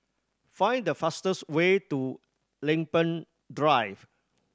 find the fastest way to Lempeng Drive